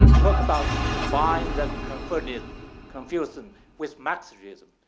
talk about combine that converted confucian with marxism.